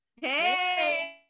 hey